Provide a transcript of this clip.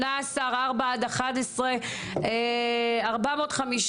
11-4 18,